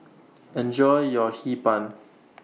Enjoy your Hee Pan